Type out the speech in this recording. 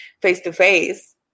face-to-face